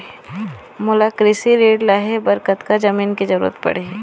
मोला कृषि ऋण लहे बर कतका जमीन के जरूरत पड़ही?